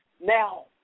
now